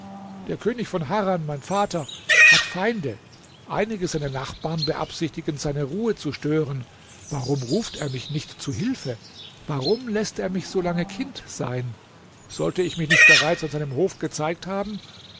der könig von harran mein vater hat feinde einige seiner nachbarn beabsichtigen seine ruhe zu stören warum ruft er mich nicht zu hilfe warum läßt er mich solange kind sein sollte ich mich nicht bereits an seinem hof gezeigt haben